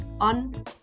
on